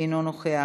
אינו נוכח,